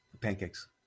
pancakes